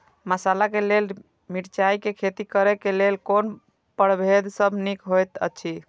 मसाला के लेल मिरचाई के खेती करे क लेल कोन परभेद सब निक होयत अछि?